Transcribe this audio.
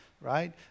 right